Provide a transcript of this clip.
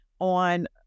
on